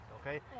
Okay